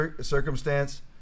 circumstance